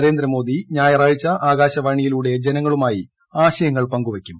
നരേന്ദ്രമോദ്യു ഞാ്യറാഴ്ച ആകാശവാണിയിലൂടെ ജനങ്ങളുമൂയി ആശയങ്ങൾ പങ്കുവയ്ക്കും